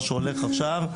מה שהולך עכשיו.